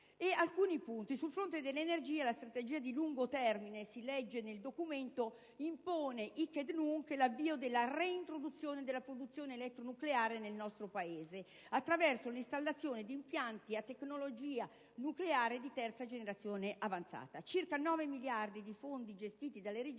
l'occupazione. Sul fronte dell'energia, la strategia di lungo termine - si legge nel documento - «impone *hic et nunc* l'avvio della reintroduzione della produzione elettronucleare nel nostro Paese attraverso l'installazione di impianti a tecnologica nucleare di terza generazione avanzata». Circa 9 miliardi di fondi gestiti dalle Regioni